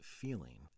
feeling